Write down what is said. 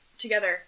together